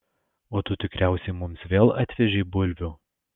o tu tikriausiai mums vėl atvežei bulvių